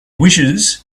wishes